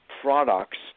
products